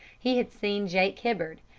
he had seen jake hibbard,